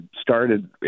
started